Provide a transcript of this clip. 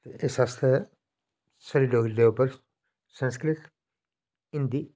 इस आस्तै साढ़ी डोगरी दे उप्पर संस्कृत हिंदी